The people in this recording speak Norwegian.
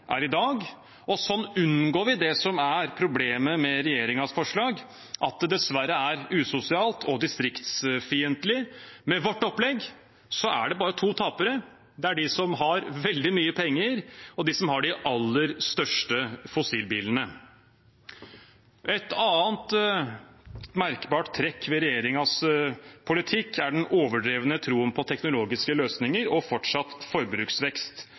er i dag, og sånn unngår vi det som er problemet med regjeringens forslag – at det dessverre er usosialt og distriktsfiendtlig. Med vårt opplegg er det bare to tapere. Det er de som har veldig mye penger, og de som har de aller største fossilbilene. Et annet merkbart trekk ved regjeringens politikk er den overdrevne troen på teknologiske løsninger og fortsatt forbruksvekst.